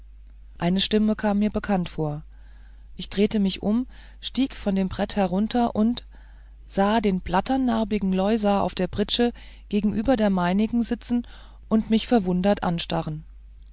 eine stimme kam mir bekannt vor ich drehte mich um stieg von dem brett herunter und sah den blatternarbigen loisa auf der pritsche gegenüber der meinigen sitzen und mich verwundert anstarren